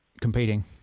competing